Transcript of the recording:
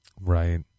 Right